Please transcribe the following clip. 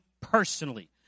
personally